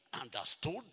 understood